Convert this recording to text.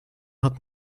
hat